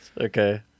Okay